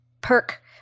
perk